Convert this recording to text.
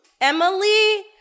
Emily